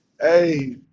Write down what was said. Hey